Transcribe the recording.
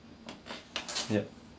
yup